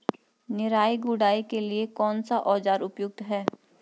निराई गुड़ाई के लिए कौन सा औज़ार उपयुक्त है?